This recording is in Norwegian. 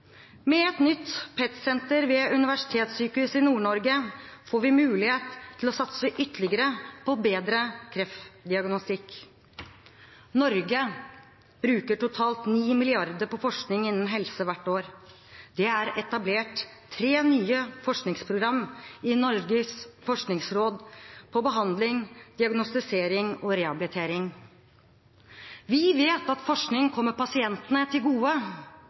Med et nytt PET-senter ved Universitetssykehuset i Nord-Norge får vi mulighet til å satse ytterligere på bedre kreftdiagnostikk. Norge bruker totalt 9 mrd. kr på forskning innen helse hvert år. Det er etablert tre nye forskningsprogram i Norges forskningsråd på behandling, diagnostisering og rehabilitering. Vi vet at forskning kommer pasientene til gode.